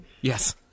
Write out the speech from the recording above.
Yes